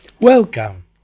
Welcome